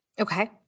Okay